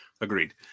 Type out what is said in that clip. Agreed